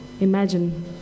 imagine